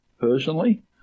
personally